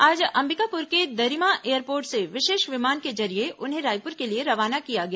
आज अंबिकापुर के दरिमा एयरपोर्ट से विशेष विमान के जरिए उन्हें रायपुर के लिए रवाना किया गया